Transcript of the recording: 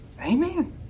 Amen